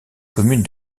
commune